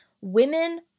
Women